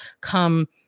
come